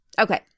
Okay